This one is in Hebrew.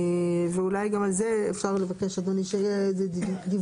ואולי גם על זה אפשר, אדוני, שיהיה דיווח,